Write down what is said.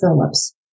Phillips